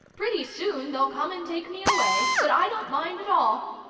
pretty soon they'll come and take me away, but i don't mind at all.